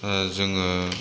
जोङो